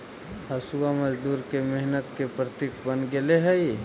हँसुआ मजदूर के मेहनत के प्रतीक बन गेले हई